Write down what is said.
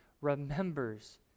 remembers